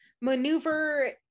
maneuver